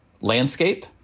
landscape